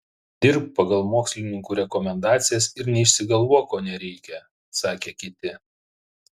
dirbk pagal mokslininkų rekomendacijas ir neišsigalvok ko nereikia sakė kiti